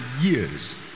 years